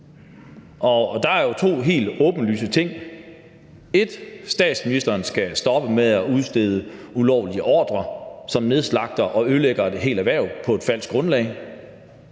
Der er jo to helt åbenlyse ting: 1) statsministeren skal stoppe med at udstede ulovlige ordrer, som indebærer, at man nedslagter og ødelægger et helt erhverv på et falsk grundlag,